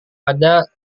ada